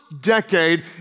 decade